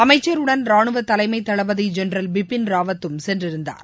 அமைச்சருடன் ராணுவ தலைமை தளபதி ஜெனரல் பிபின் ராவத்தும் சென்றிருந்தார்